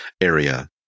area